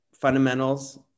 fundamentals